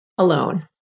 alone